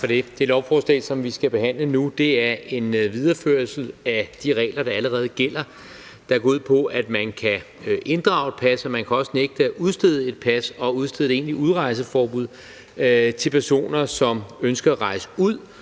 Det lovforslag, som vi skal behandle nu, er en videreførsel af de regler, der allerede gælder, der går ud på, at man kan inddrage et pas, at man også kan nægte at udstede et pas, og at man kan udstede et egentligt udrejse forbud til personer, som ønsker at rejse ud